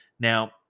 Now